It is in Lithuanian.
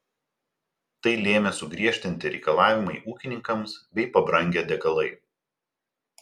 tai lėmė sugriežtinti reikalavimai ūkininkams bei pabrangę degalai